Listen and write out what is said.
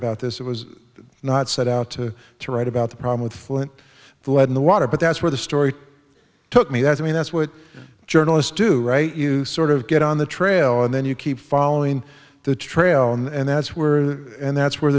about this it was not set out to to write about the problem with flint the lead in the water but that's where the story took me that's i mean that's what journalists do right you sort of get on the trail and then you keep following the trail and that's where and that's where